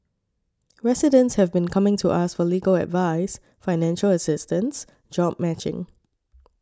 residents have been coming to us for legal advice financial assistance job matching